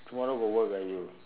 tomorrow got work ah you